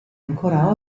ancora